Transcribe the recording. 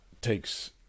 takes